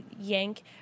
yank